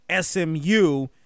SMU